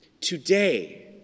Today